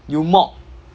you mop